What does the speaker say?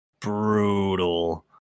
brutal